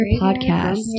podcast